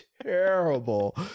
terrible